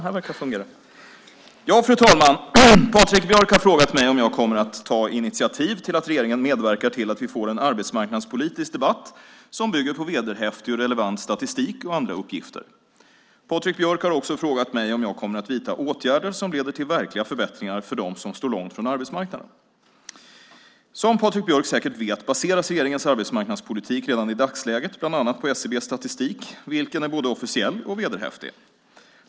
Fru talman! Patrik Björck har frågat mig om jag kommer att ta initiativ till att regeringen medverkar till att vi får en arbetsmarknadspolitisk debatt som bygger på vederhäftig och relevant statistik och andra uppgifter. Patrik Björck har också frågat mig om jag kommer att vidta åtgärder som leder till verkliga förbättringar för dem som står långt från arbetsmarknaden. Som Patrik Björck säkert vet baseras regeringens arbetsmarknadspolitik redan i dagsläget bland annat på SCB:s statistik, vilken är både officiell och vederhäftig.